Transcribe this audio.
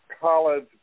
college